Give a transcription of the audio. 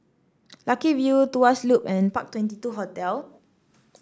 Lucky View Tuas Loop and Park Twenty two Hotel